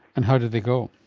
and how did they go?